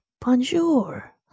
Bonjour